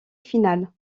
finales